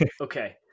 Okay